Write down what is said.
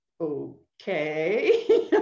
okay